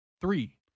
three